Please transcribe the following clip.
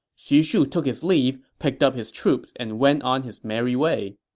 xu shu took his leave, picked up his troops and went on his merry way.